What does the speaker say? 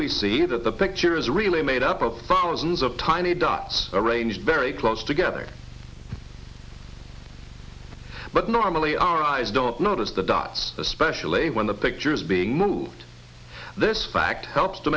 that the picture is really made up of fountains of tiny dots arranged very close together but normally our eyes don't notice the dots especially when the pictures being moved this fact helps to